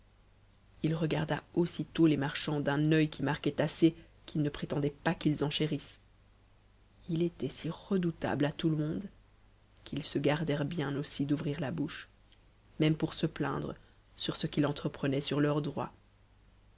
h regarda aussitôt les marchands d'un oeil qui marquai assez qu'il ne prétendait pas qu'us enchérissent h était si redoutabk i tout le monde qu'ils se gardèrent bien aussi d'ouvrir la bouche u pour se plaindre sur ce qu'il entreprenait sur leur droit